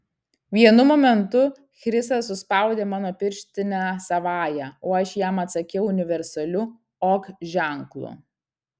vienu momentu chrisas suspaudė mano pirštinę savąja o aš jam atsakiau universaliu ok ženklu